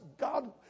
God